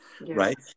Right